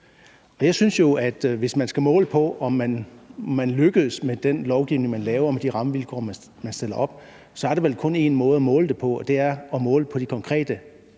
hvis man skal måle på, om man lykkedes med den lovgivning, man laver, og de rammevilkår, man stiller op, så er der vel kun en måde at måle det på, og det er at måle på de konkrete